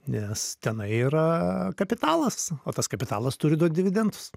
nes tenai yra kapitalas o tas kapitalas turi duot dividendus